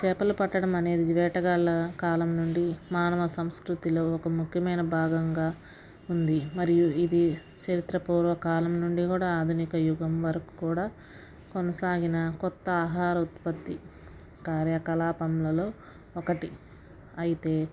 చేపలు పట్టడం అనేది వేటగాళ్ల కాలం నుండి మానవ సంస్కృతిలో ఒక ముఖ్యమైన భాగంగా ఉంది మరియు ఇది చరిత్ర పూర్వకాలం నుండి కూడా ఆధునిక యుగం వరకు కూడా కొనసాగిన కొత్త ఆహార ఉత్పత్తి కార్యకలాపములలో ఒకటి అయితే